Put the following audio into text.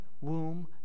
womb